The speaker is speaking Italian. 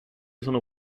sono